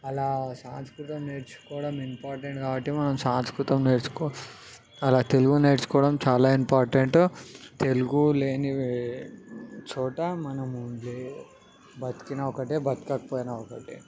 అలా సాంస్కృతం నేర్చుకోవడం ఇంపార్టెంట్ కాబట్టి మనం సాంస్కృతం నేర్చుకో అలా తెలుగు నేర్చుకోవడం చాలా ఇంపార్టెంట్ తెలుగు లేని చోట మనము బ్రతికిన ఒకటే బ్రతకకపోయినా ఒకటే